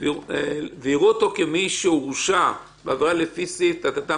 ויראו אותו כמי שהורשע בעבירה לפי סעיף וכולי,